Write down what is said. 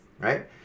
right